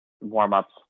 warm-ups